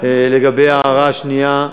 לגבי ההערה השנייה,